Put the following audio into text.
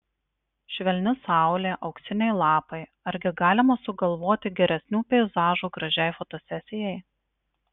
švelni saulė auksiniai lapai argi galima sugalvoti geresnių peizažų gražiai fotosesijai